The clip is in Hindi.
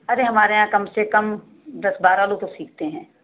अरे हमारे यहाँ कम से कम दस बारह लोग तो सीखते हैं